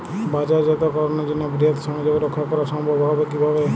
বাজারজাতকরণের জন্য বৃহৎ সংযোগ রক্ষা করা সম্ভব হবে কিভাবে?